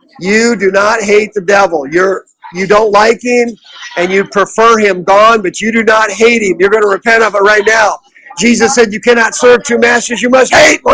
you do not hate the devil you're you don't like him and you prefer him gone, but you do not haiti. you're gonna repent of it right now jesus said you cannot serve two masters. you must hate but